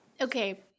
Okay